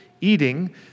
eating